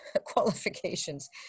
qualifications